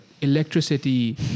electricity